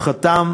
חתם